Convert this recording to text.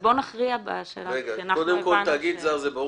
לא אמרתי שיש בעיה אבל זה היה